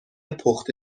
پخته